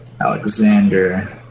Alexander